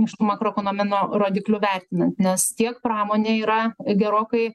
iš makroekonominių rodiklių vertinant nes tiek pramonė yra gerokai